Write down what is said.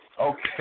Okay